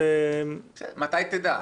מתי תדע?